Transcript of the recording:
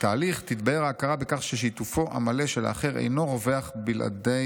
בתהליך תתבהר ההכרה בכך ששיתופו המלא של האחר אינו רווח בלעדי